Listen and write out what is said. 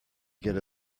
get